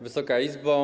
Wysoka Izbo!